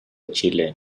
chile